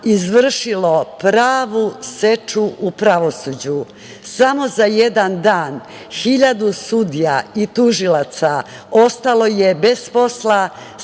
izvršilo pravu seču u pravosuđu. Samo za jedan dan hiljadu sudija i tužilaca ostalo je bez posla